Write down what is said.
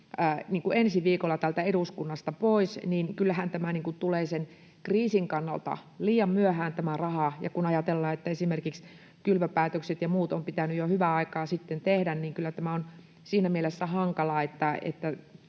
ensi viikolla täältä eduskunnasta pois, niin kyllähän tämä raha tulee sen kriisin kannalta liian myöhään, ja kun ajatellaan, että esimerkiksi kylvöpäätökset ja muut on pitänyt jo hyvän aikaa sitten tehdä, niin kyllä tämä on siinä mielessä hankalaa, että